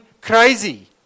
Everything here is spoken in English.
crazy